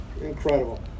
incredible